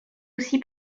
aussi